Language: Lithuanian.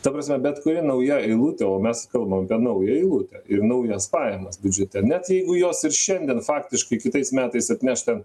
ta prasme bet kuri nauja eilutė o mes kalbam apie naują eilutę ir naujas pajamas biudžete net jeigu jos ir šiandien faktiškai kitais metais atneš ten